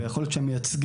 ויכול להיות שהמייצגים